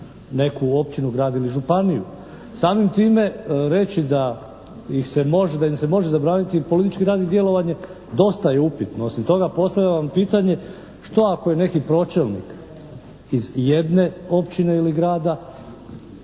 neku općinu, grad ili županiju. Samim time reći da ih se može, da im se može zabraniti politički rad i djelovanje dosta je upitno. Osim toga, postavljam vam pitanje što ako je neki pročelnik iz jedne općine ili grada,